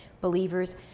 believers